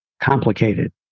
complicated